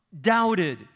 doubted